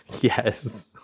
Yes